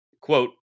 quote